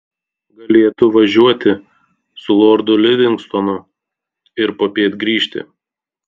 galėtų važiuoti su lordu livingstonu ir popiet grįžti